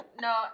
No